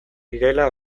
direla